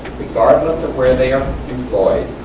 regardless of where they are employed,